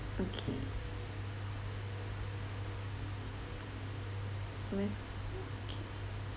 okay with okay